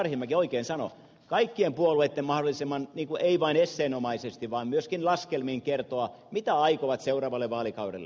arhinmäki oikein sanoi kaikkien puolueitten ei vain esseenomaisesti vaan myöskin laskelmin kertoa mitä aikovat seuraavalle vaalikaudelle